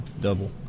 Double